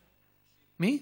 10151,